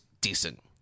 decent